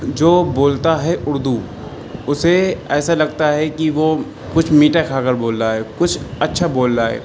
جو بولتا ہے اردو اسے ایسا لگتا ہے کہ وہ کچھ میٹھا کھا کر بول رہا ہے کچھ اچھا بول رہا ہے